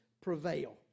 prevail